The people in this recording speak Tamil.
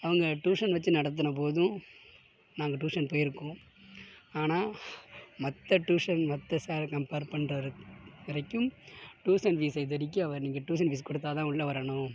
அவங்க ட்யூஷன் வச்சு நடத்தின போதும் நாங்கள் ட்யூஷன் போயிருக்கோம் ஆனால் மற்ற ட்யூஷன் மற்ற சாரை கம்பேர் பண்ணுற வரைக்கும் ட்யூஷன் ஃபீஸை இது வரைக்கும் அவர் நீங்கள் ட்யூஷன் ஃபீஸ் கொடுத்தாதான் உள்ளே வரணும்